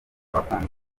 abakunzi